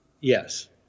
Yes